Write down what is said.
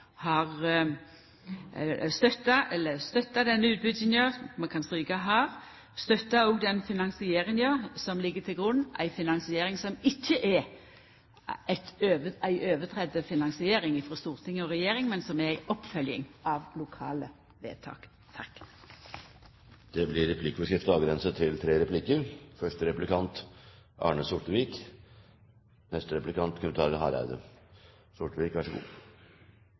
denne utbygginga, støttar den finansieringa som ligg til grunn, ei finansiering som ikkje er ei finansiering tredd nedover av storting og regjering, men som er ei oppfølging av lokale vedtak. Det blir replikkordskifte.